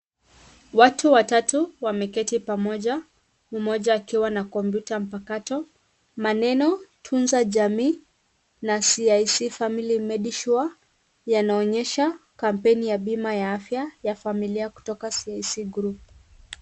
Watu watatu wameketi pamoja, mmoja akiwa na kompyuta mpakato. Maneno, Tunza Jamii na CIC Family Medisure yanaonyesha kampeni ya bima ya afya ya familia kutoka CIC group .